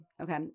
okay